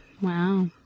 Wow